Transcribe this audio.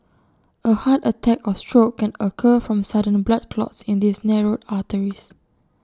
A heart attack or stroke can occur from sudden blood clots in these narrowed arteries